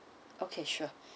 okay sure